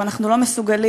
ואנחנו לא מסוגלים,